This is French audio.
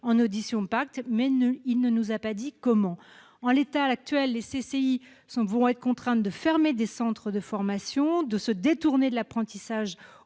de loi PACTE, mais il ne nous a pas dit comment. En l'état actuel, les CCI vont être contraintes de fermer des centres de formation, de se détourner de l'apprentissage